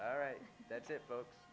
all right that's it folks